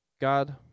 God